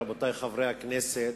רבותי חברי הכנסת,